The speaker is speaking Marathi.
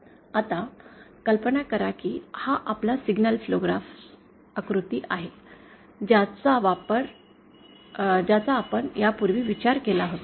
आता कल्पना करा की हा आपण सिग्नल फ्लो ग्राफ आकृती आहे ज्याचा आपण यापूर्वी विचार केला होता